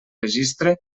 registre